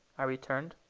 i returned.